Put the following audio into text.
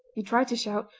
he tried to shout,